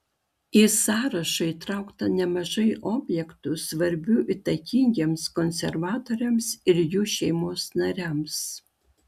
į sąrašą įtraukta nemažai objektų svarbių įtakingiems konservatoriams ir jų šeimos nariams